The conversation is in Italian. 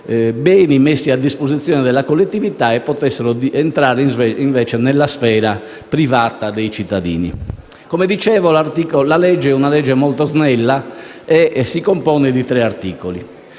beni, messi a disposizione della collettività, e potessero invece entrare nella sfera privata dei cittadini. Come dicevo, il disegno di legge è molto snello e si compone di tre articoli.